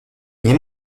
nie